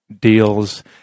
deals